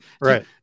right